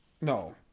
no